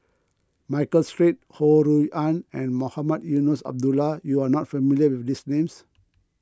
Michael Seet Ho Rui An and Mohamed Eunos Abdullah you are not familiar with these names